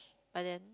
but then